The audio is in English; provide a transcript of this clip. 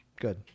good